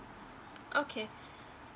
okay